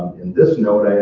in this note,